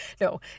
No